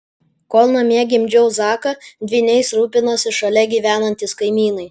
kol namie gimdžiau zaką dvyniais rūpinosi šalia gyvenantys kaimynai